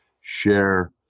share